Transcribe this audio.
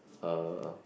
uh